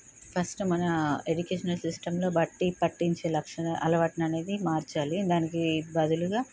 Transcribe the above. first మన educational సిస్టమ్లో బట్టీ పట్టించే లక్షణాలు అలవాట్లు అనేది మార్చాలి దానికి బదులుగా